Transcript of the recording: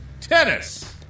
Tennis